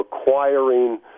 acquiring